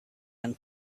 and